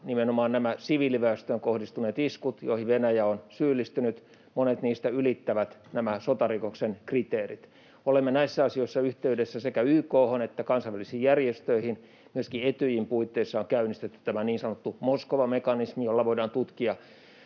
nimenomaan monet näistä siviiliväestöön kohdistuneista iskuista, joihin Venäjä on syyllistynyt, ylittävät sotarikoksen kriteerit. Olemme näissä asioissa yhteydessä sekä YK:hon että kansainvälisiin järjestöihin. Etyjin puitteissa on käynnistetty myöskin niin sanottu Moskovan mekanismi, jolla voidaan tutkia